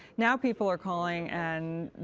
now people are calling and,